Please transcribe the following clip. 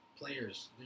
players